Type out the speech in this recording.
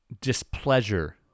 displeasure